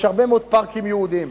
יש הרבה פארקים יהודיים,